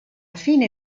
fine